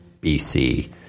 BC